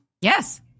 Yes